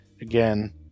Again